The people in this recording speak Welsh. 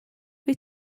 wyt